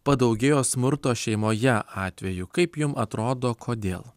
padaugėjo smurto šeimoje atvejų kaip jum atrodo kodėl